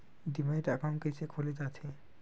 Demat account कइसे खोले जाथे?